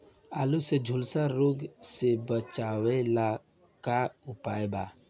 आलू के झुलसा रोग से बचाव ला का उपाय बा?